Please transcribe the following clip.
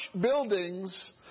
buildings